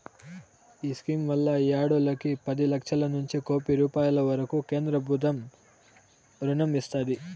ఈ స్కీమ్ వల్ల ఈ ఆడోల్లకి పది లచ్చలనుంచి కోపి రూపాయిల వరకూ కేంద్రబుత్వం రుణం ఇస్తాది